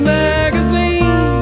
magazine